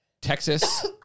Texas